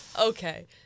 okay